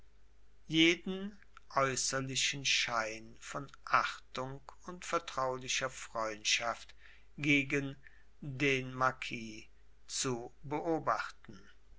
jeden äußerlichen schein von achtung und vertraulicher freundschaft gegen den marquis zu beobachten